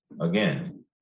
again